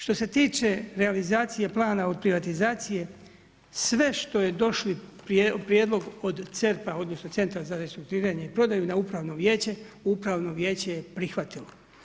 Što se tiče realizacije plana od privatizacije, sve što je došao prijedlog od CERP-a odnosno Centra za restrukturiranje i prodaju na upravno vijeće, upravno vijeće je prihvatilo.